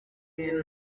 bimwe